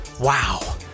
Wow